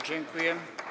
Dziękuję.